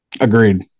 Agreed